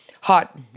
hot